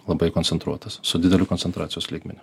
labai koncentruotas su dideliu koncentracijos lygmeniu